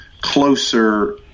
closer